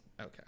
Okay